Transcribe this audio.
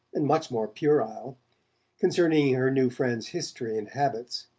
and much more puerile, concerning her new friend's history and habits.